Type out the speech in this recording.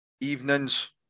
evenings